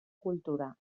cultura